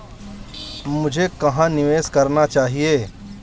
मुझे कहां निवेश करना चाहिए?